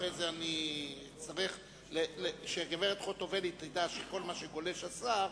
ואחרי זה אני אצטרך שגברת חוטובלי תדע שכל מה שגולש השר,